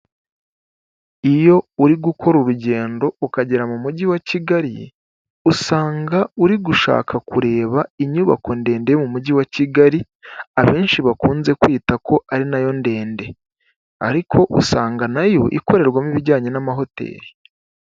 Iyo uri gukora urugendo ukagera mu mujyi wa Kigali, usanga uri gushaka kureba inyubako ndende yo mu mujyi wa Kigali, abenshi bakunze kwita ko ari nayo ndende. Ariko usanga nayo ikorerwamo ibijyanye n'amahoteli.